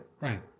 Right